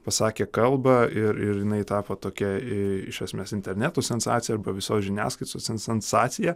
pasakė kalbą ir jinai tapo tokia iš esmės interneto sensacija arba visos žiniasklaidos sensacija